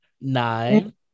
nine